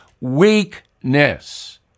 weakness